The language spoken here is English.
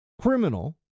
criminal